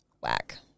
whack